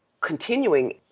continuing